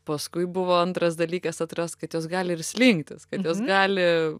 paskui buvo antras dalykas atrast kad jis gali ir slinktis kad jos gali